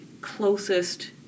closest